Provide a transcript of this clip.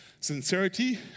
Sincerity